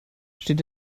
steht